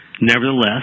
Nevertheless